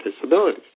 disabilities